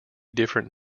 different